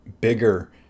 bigger